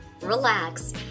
relax